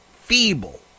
feeble